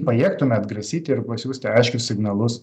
pajėgtume atgrasyti ir pasiųsti aiškius signalus